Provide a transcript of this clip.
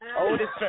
Oldest